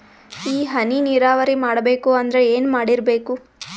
ಈ ಹನಿ ನೀರಾವರಿ ಮಾಡಬೇಕು ಅಂದ್ರ ಏನ್ ಮಾಡಿರಬೇಕು?